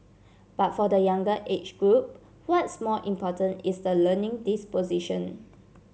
but for the younger age group what's more important is the learning disposition